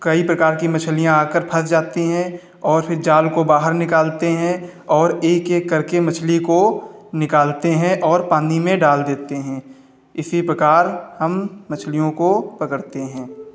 कई प्रकार की मछलियां आकर फंस जाती हैं और फिर जाल को बाहर निकालते हैं और एक एक करके मछली को निकालते हैं और पानी में डाल देते हैं इसी प्रकार हम मछलियों को पकड़ते हैं